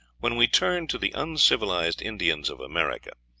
when we turn to the uncivilized indians of america,